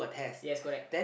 yes correct